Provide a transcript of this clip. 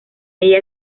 ella